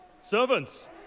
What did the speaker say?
Servants